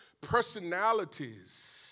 personalities